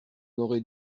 aurait